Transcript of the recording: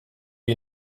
you